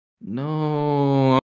No